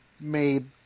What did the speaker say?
made